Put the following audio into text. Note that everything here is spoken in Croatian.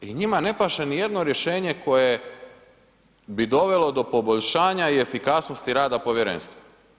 I njima ne paše ni jedno rješenje koje bi dovelo do poboljšanja i efikasnosti rada povjerenstva.